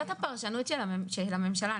זאת הפרשנות של הממשלה,